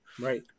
Right